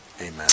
Amen